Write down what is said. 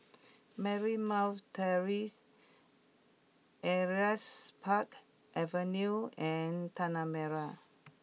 Marymount Terrace Elias Park Avenue and Tanah Merah